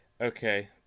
okay